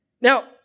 Now